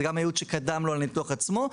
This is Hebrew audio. אלא זה גם הייעוץ שקדם לניתוח עצמו,